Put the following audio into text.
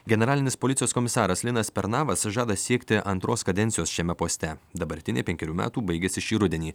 generalinis policijos komisaras linas pernavas žada siekti antros kadencijos šiame poste dabartinė penkerių metų baigiasi šį rudenį